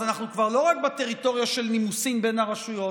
אז אנחנו כבר לא רק בטריטוריה של נימוסים בין הרשויות,